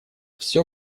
всё